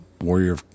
warrior